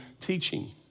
teaching